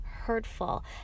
hurtful